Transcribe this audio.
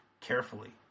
carefully